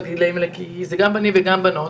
כי בגילאים האלה זה גם בנים וגם בנות.